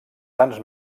sants